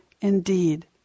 indeed